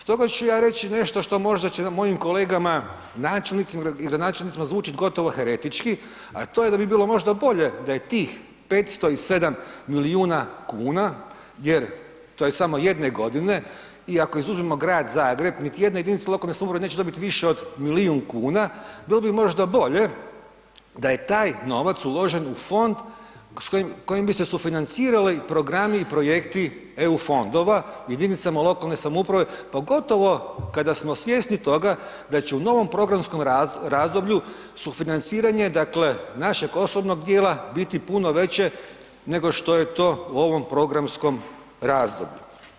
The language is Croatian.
Stoga ću ja reći nešto što možda će mojim kolegama, načelnicima i gradonačelnicima zvučit gotovo heretički, a to je da bi bilo možda bolje da je tih 507 milijuna kuna, jer to je samo jedne godine, i ako izuzmemo Grad Zagreb, niti jedna jedinica lokalne samouprave neće dobit više od milijun kuna, bilo bi možda bolje da je taj novac uložen u fond s kojim, kojim bi se sufinancirali programi i projekti EU fondova jedinicama lokalne samouprave, pogotovo kada smo svjesni toga da će u novom programskom razdoblju sufinanciranje, dakle našeg osobnog dijela, biti puno veće nego što je to u ovom programskom razdoblju.